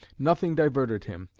nothing diverted him,